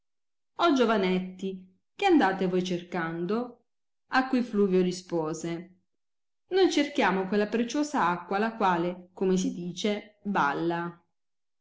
disse giovanetti che andate voi cercando a cui fluvio rispose noi cerchiamo quella preciosa acqua la quale come si dice balla